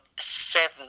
Seven